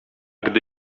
gdy